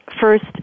first